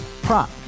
Prop